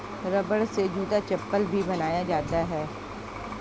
रबड़ से जूता चप्पल भी बनाया जाता है